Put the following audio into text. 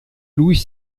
louis